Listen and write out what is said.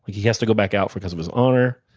he has to go back out because of his honor.